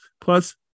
plus